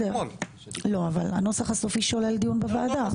אבל הנוסח הסופי שולל דיון בוועדה.